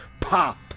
POP